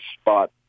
spot